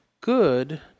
good